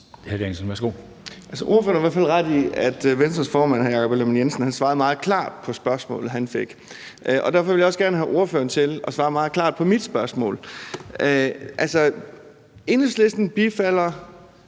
Danielsen (V) : Ordføreren har i hvert fald ret i, at Venstres formand, hr. Jakob Ellemann-Jensen, svarede meget klart på det spørgsmål, han fik, og derfor vil jeg også gerne have ordføreren til at svare meget klart på mit spørgsmål. Enhedslisten bifalder